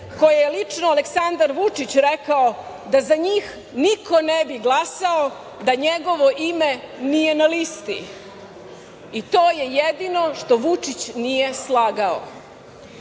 koje je lično Aleksandar Vučić rekao da za njih niko ne bi glasao da njegovo ime nije na listi i to je jedino što Vučić nije slagao.